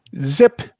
Zip